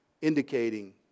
indicating